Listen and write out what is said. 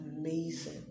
amazing